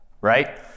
right